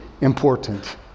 important